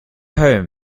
home